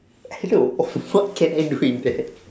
hello what can I do with that